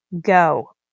go